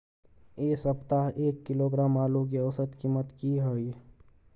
ऐ सप्ताह एक किलोग्राम आलू के औसत कीमत कि हय?